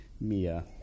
Mia